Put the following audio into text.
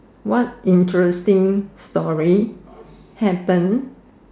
what interesting story happened